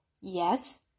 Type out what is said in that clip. yes